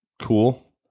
cool